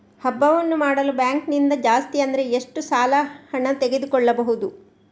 ಹಬ್ಬವನ್ನು ಮಾಡಲು ಬ್ಯಾಂಕ್ ನಿಂದ ಜಾಸ್ತಿ ಅಂದ್ರೆ ಎಷ್ಟು ಸಾಲ ಹಣ ತೆಗೆದುಕೊಳ್ಳಬಹುದು?